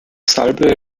salbe